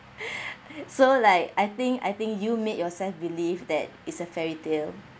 so like I think I think you made yourself believe that is a fairy tale